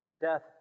Death